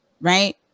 right